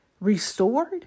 restored